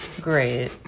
Great